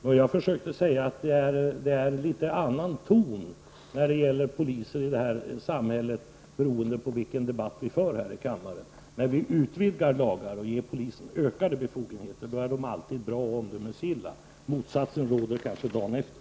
Det jag försökte säga angående poliser var att tonen ändras beroende på vilken debatt vi för här i kammaren. När vi utvidgar lagar och ger polismännen större befogenheter är de alltid bra och omdömesgilla. Motsatsen råder kanske dagen efter.